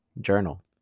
Journal